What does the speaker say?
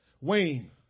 Wayne